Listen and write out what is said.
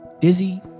Dizzy